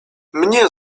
mnie